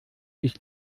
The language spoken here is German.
ich